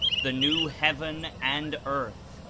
the new heaven and earth,